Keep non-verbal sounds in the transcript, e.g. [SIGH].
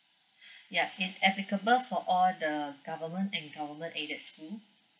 [BREATH] yup it applicable for all the government and government elite school